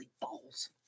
balls